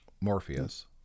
Morpheus